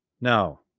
No